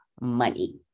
money